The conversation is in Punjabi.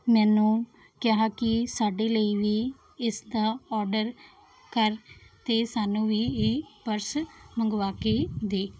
ਮੈਨੂੰ ਕਿਹਾ ਕਿ ਸਾਡੇ ਲਈ ਵੀ ਇਸਦਾ ਆਰਡਰ ਕਰ ਅਤੇ ਸਾਨੂੰ ਵੀ ਇਹ ਪਰਸ ਮੰਗਵਾ ਕੇ ਦੇ